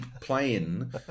playing